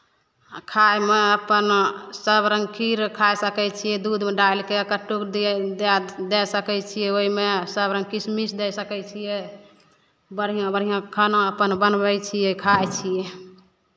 आ खायमे अपन सभ रङ्ग खीर खाइ सकै छियै दूधमे डालि कऽ कट्टूक दिए दए दए सकै छियै ओहिमे सभ रङ्ग किशमिश दए सकै छियै बढ़िआँ बढ़िआँ खाना अपन बनबै छियै खाइ छियै